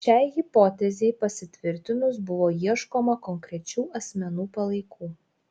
šiai hipotezei pasitvirtinus buvo ieškoma konkrečių asmenų palaikų